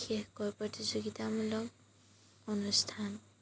বিশেষকৈ প্ৰতিযোগিতামূলক অনুষ্ঠান